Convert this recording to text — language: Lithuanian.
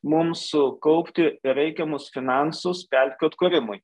mums sukaupti reikiamus finansus pelkių atkūrimui